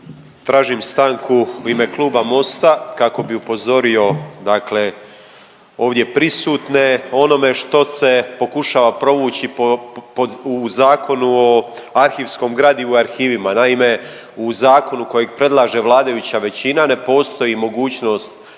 Tražim stanku u ime kluba Mosta kako bi upozorio dakle ovdje prisutne o onome što se pokušava provući pod u Zakonu o arhivskom gradivu i arhivima. Naime, u zakonu kojeg predlaže vladajuća većina ne postoji mogućnost